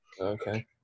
Okay